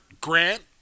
Grant